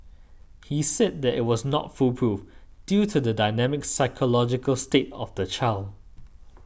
he said that it was not foolproof due to the dynamic psychological state of the child